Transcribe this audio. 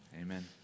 Amen